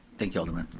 thank you, alderman.